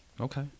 Okay